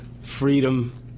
freedom